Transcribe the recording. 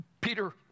Peter